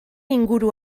inguru